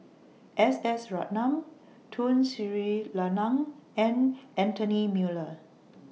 S S Ratnam Tun Sri Lanang and Anthony Miller